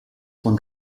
von